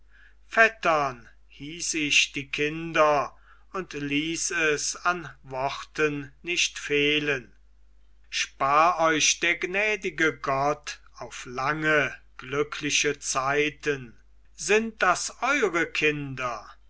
vettern hieß ich die kinder und ließ es an worten nicht fehlen spar euch der gnädige gott auf lange glückliche zeiten sind das eure kinder